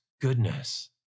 goodness